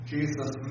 Jesus